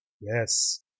Yes